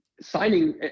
Signing